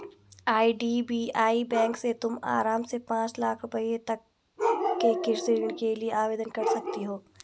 IDBI bank से तुम आराम से पाँच लाख रुपयों तक के कृषि ऋण के लिए आवेदन कर सकती हो